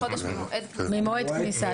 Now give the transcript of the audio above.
תוך חודש ממועד הכניסה.